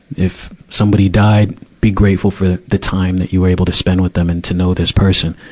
if somebody died, be grateful for the, the time that you were able to spend with them and to know this person.